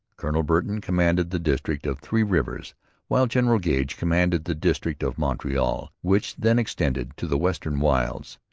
colonel burton commanded the district of three rivers while general gage commanded the district of montreal, which then extended to the western wilds.